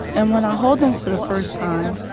and when i hold him for the first time,